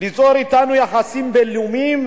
ליצור אתנו יחסים בין-לאומיים.